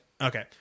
okay